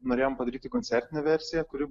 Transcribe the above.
norėjom padaryti koncertinę versiją kuri